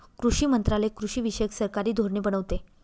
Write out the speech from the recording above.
कृषी मंत्रालय कृषीविषयक सरकारी धोरणे बनवते